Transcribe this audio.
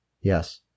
yes